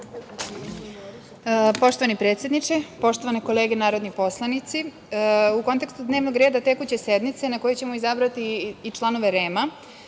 Poštovani predsedniče, poštovani poslanici, u kontekstu dnevnog reda tekuće sednice na kojoj ćemo izabrati i članove REM-a,